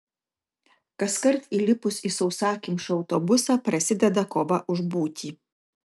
kaskart įlipus į sausakimšą autobusą prasideda kova už būtį